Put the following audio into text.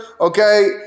okay